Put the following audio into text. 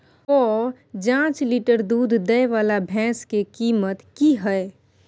प जॉंच लीटर दूध दैय वाला भैंस के कीमत की हय?